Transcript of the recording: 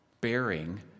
bearing